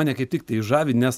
mane kaip tik tai žavi nes